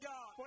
God